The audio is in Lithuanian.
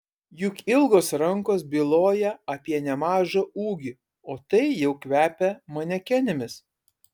juk ilgos rankos byloja apie nemažą ūgį o tai jau kvepia manekenėmis